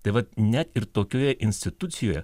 tai vat net ir tokioje institucijoje